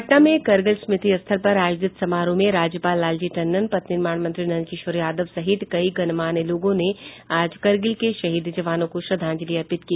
पटना में करगिल स्मृति स्थल पर आयोजित समारोह में राज्यपाल लालजी टंडन पथ निर्माण मंत्री नंदकिशोर यादव सहित कई गणमान्य लोगों ने आज करगिल के शहीद जवानों को श्रद्धांजलि अर्पित की